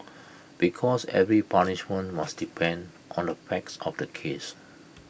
because every punishment must depend on the facts of the case